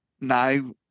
now